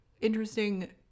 interesting